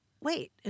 Wait